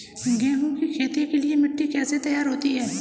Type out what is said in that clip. गेहूँ की खेती के लिए मिट्टी कैसे तैयार होती है?